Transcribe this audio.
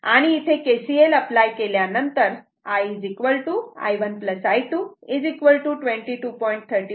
आणि इथे KCL apply केल्यानंतर I I1 I2 22